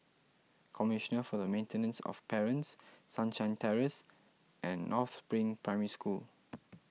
Commissioner for the Maintenance of Parents Sunshine Terrace and North Spring Primary School